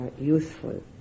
useful